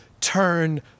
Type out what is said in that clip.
turn